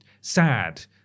sad